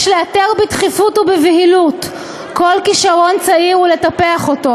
יש לאתר בדחיפות ובבהילות כל כישרון צעיר ולטפח אותו,